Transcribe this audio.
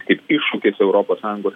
kaip iššūkis europos sąjungos